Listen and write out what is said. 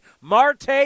Marte